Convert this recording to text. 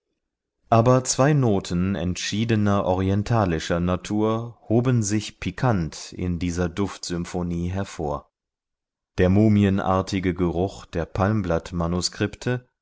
aber zwei noten entschiedener orientalischer natur hoben sich pikant in dieser duftsymphonie hervor der mumienartige geruch der